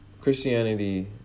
Christianity